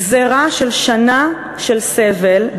גזירה של שנה של סבל,